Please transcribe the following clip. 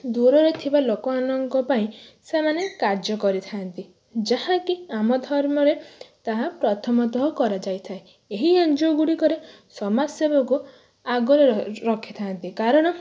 ଦୂରରେ ଥିବା ଲୋକମାନଙ୍କ ପାଇଁ ସେମାନେ କାର୍ଯ୍ୟ କରିଥାନ୍ତି ଯାହାକି ଆମ ଧର୍ମରେ ତାହା ପ୍ରଥମତଃ କରାଯାଇଥାଏ ଏହି ଏନ୍ ଜି ଓ ଗୁଡ଼ିକରେ ସମାଜ ସେବାକୁ ଆଗରେ ରଖିଥାନ୍ତି କାରଣ